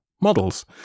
models